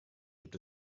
gibt